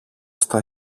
στα